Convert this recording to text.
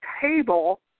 table